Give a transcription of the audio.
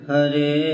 Hare